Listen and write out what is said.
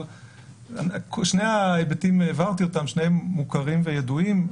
שני ההיבטים שהבהרתי הם מוכרים וידועים.